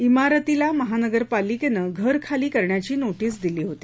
इमारतीला महानगरपालिकेनं घरं खाली करण्याची नोटिस दिली होती